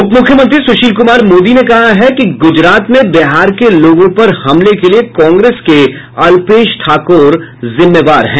उप मुख्यमंत्री सुशील कुमार मोदी ने कहा है कि गुजरात में बिहार के लोगों पर हमले के लिये कांग्रेस के अल्पेश ठाकोर जिम्मेवार हैं